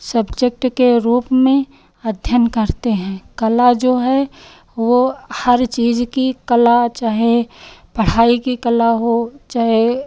subject के रूप में अध्ययन करते हैं कला जो है वह हर चीज़ की कला चाहे पढ़ाई की कला हो चाहे